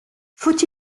faut